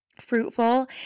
fruitful